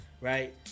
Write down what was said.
right